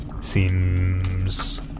Seems